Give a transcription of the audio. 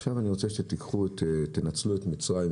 עכשיו אני רוצה שתנצלו את מצרים,